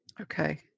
Okay